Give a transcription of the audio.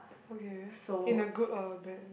so